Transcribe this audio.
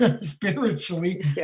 spiritually